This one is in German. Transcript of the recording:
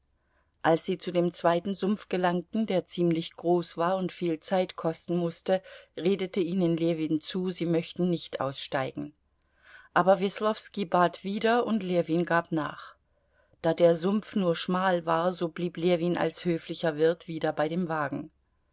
als sie zu dem zweiten sumpf gelangten der ziemlich groß war und viel zeit kosten mußte redete ihnen ljewin zu sie möchten nicht aussteigen aber weslowski bat wieder und ljewin gab nach da der sumpf nur schmal war so blieb ljewin als höflicher wirt wieder bei dem wagen